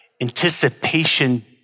anticipation